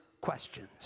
questions